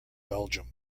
belgium